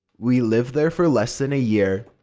we lived there for less than a year,